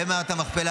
במערת המכפלה.